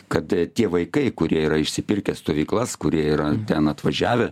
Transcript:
kad tie vaikai kurie yra išsipirkę stovyklas kurie yra ten atvažiavę